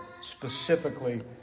specifically